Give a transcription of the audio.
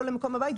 לא למקום הבית,